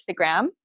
instagram